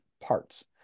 parts